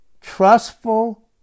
trustful